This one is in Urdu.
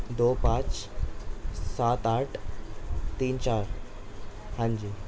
دو پانچ سات آٹھ تین چار ہاں جی